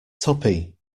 tuppy